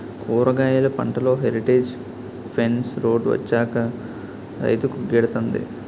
కూరగాయలు పంటలో heritage fence road వచ్చాక రైతుకు గిడతంది